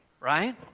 Right